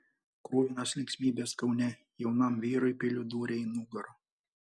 kruvinos linksmybės kaune jaunam vyrui peiliu dūrė į nugarą